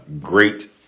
great